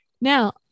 Now